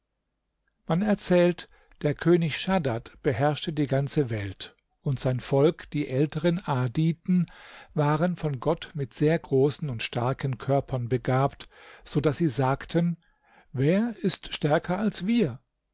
man erzählt der könig schaddad beherrschte die ganze weit und sein volk die älteren aaditen waren von gott mit sehr großen und starken körpern begabt so daß sie sagten wer ist stärker als wir